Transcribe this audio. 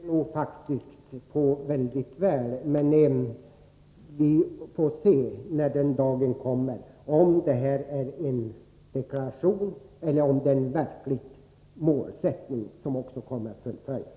Herr talman! Jag hörde faktiskt på mycket noga, och vi får se när den dagen kommer om det här bara är en deklaration eller om det är en verklig målsättning som också kommer att fullföljas.